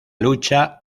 lucha